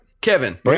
Kevin